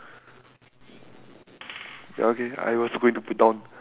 ya okay I also going to put down